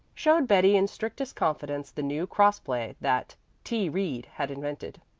showed betty in strictest confidence the new cross-play that t. reed had invented.